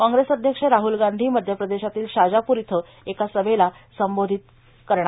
कॉग्रेस अध्यक्ष राहल गांधी मध्यप्रदेशातील शाजापूर इथं एका सभेला संबोधित केलं